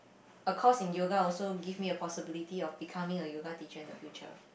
a course in yoga also give me a possibility of becoming a yoga teacher in the future